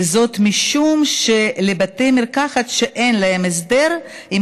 וזאת משום שלבתי מרקחת שאין להם הסדר עם